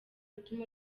gutuma